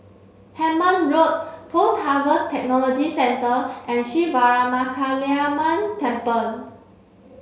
Hemmant Road Post Harvest Technology Centre and Sri Veeramakaliamman Temple